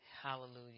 Hallelujah